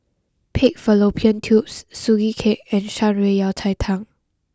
Pig Fallopian Tubes Sugee Cake and Shan Rui Yao Cai Tang